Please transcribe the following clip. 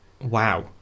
wow